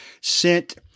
sent